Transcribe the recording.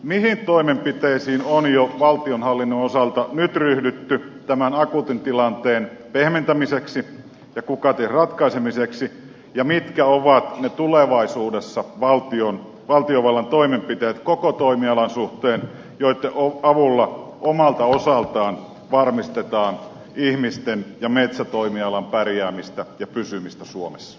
mihin toimenpiteisiin on jo valtionhallinnon osalta nyt ryhdytty tämän akuutin tilanteen pehmentämiseksi ja kukaties ratkaisemiseksi ja mitkä ovat tulevaisuudessa ne valtiovallan toimenpiteet koko toimialan suhteen joitten avulla omalta osaltaan varmistetaan ihmisten ja metsätoimialan pärjäämistä ja pysymistä suomessa